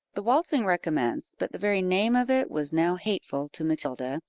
the waltzing recommenced, but the very name of it was now hateful to matilda,